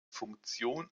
funktion